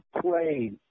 played